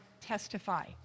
testify